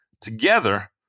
together